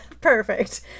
Perfect